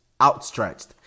outstretched